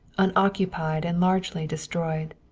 unoccupied and largely destroyed.